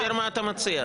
אופיר, מה אתה מציע?